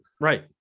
right